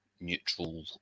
neutral